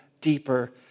deeper